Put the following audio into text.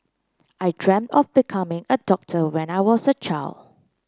I dreamt of becoming a doctor when I was child